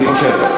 אני חושב.